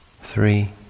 three